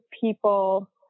people